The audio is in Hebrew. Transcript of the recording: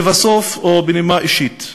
לבסוף, ובנימה אישית,